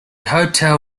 hotel